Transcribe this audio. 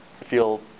feel